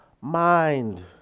mind